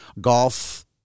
golf